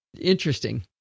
interesting